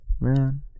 man